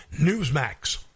Newsmax